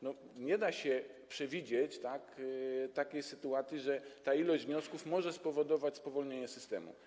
Nie da się przewidzieć takiej sytuacji, że ta ilość wniosków może spowodować spowolnienie systemu.